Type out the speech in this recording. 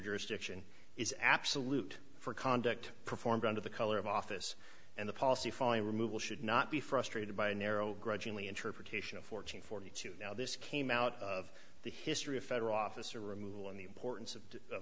jurisdiction is absolute for conduct performed under the color of office and the policy following removal should not be frustrated by a narrow grudgingly interpretation of fourteen forty two now this came out of the history of federal officer removal and the importance of